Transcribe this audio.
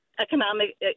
economic